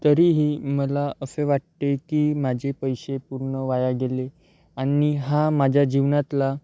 तरीही मला असे वाटते की माझे पैसे पूर्ण वाया गेले आणि हा माझ्या जीवनातला